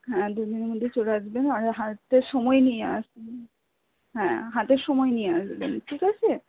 হ্যাঁ দুদিনের মধ্যে চলে আসবেন আর হাতে সময় নিয়ে আসবেন হ্যাঁ হাতে সময় নিয়ে আসবেন ঠিক আছে